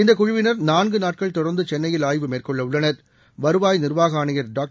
இந்த குழுவினா் நான்கு நாட்கள் தொடா்ந்து சென்னையில் ஆய்வுமேற்கொள்ள உள்ளதாக வருவாய் நிர்வாக டாக்டர்